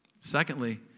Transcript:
Secondly